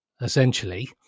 essentially